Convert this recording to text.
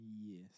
Yes